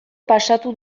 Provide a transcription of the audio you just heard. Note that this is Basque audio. pasatu